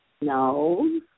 No